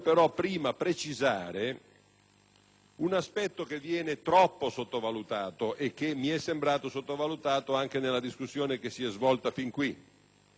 un aspetto che viene troppo sottovalutato e che mi è sembrato sottovalutato anche nella discussione che si è svolta fin qui.